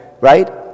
right